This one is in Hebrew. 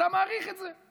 אתה מעריך את זה.